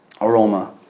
aroma